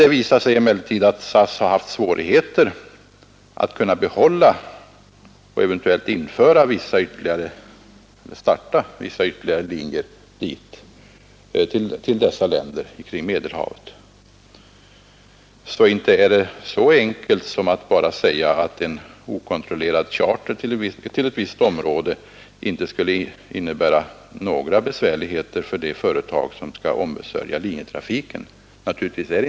Det visar sig emellertid att SAS har haft svårigheter att behålla linjer och eventuellt starta ytterligare linjer till dessa länder kring Medelhavet. Det är naturligtvis inte så enkelt som att bara säga att en okontrollerad charter till ett visst område inte skulle innebära några besvärligheter för det företag som skall ombesörja linjetrafiken.